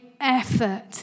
effort